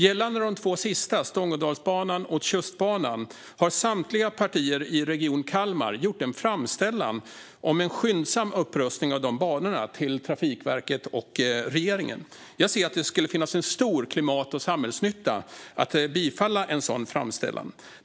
Gällande de två sista, Stångådalsbanan och Tjustbanan, har samtliga partier i Region Kalmar gjort en framställan om en skyndsam upprustning av dessa banor till Trafikverket och regeringen. Jag ser att det skulle finnas stor klimat och samhällsnytta i att bifalla en sådan framställan.